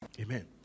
Amen